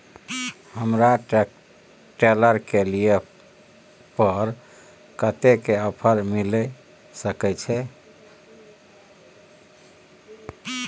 हमरा ट्रेलर के लिए पर कतेक के ऑफर मिलय सके छै?